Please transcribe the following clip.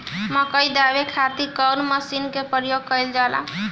मकई दावे खातीर कउन मसीन के प्रयोग कईल जाला?